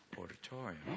auditorium